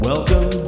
Welcome